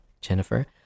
Jennifer